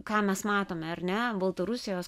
ką mes matome ar ne baltarusijos